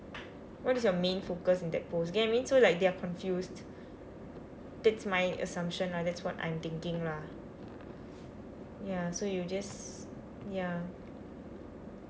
what is your main focus in that post you get what I mean so like they are confused that's my assumption lah that's what I'm thinking lah yah so you just ya